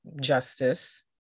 justice